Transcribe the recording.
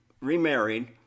remarried